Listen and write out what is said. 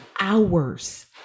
hours